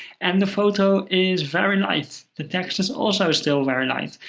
and the photo is very light the text is also still very light.